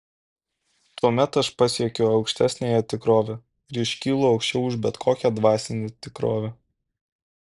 tuomet aš pasiekiu aukštesniąją tikrovę ir iškylu aukščiau už bet kokią dvasinę tikrovę